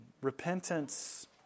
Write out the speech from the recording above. Repentance